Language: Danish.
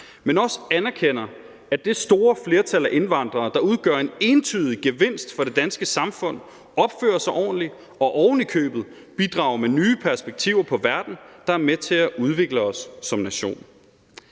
men også anerkender, at det store flertal af indvandrere, der udgør en entydig gevinst for det danske samfund, som opfører sig ordentligt og ovenikøbet bidrager med nye perspektiver på verden, er med til at udvikle os som nation.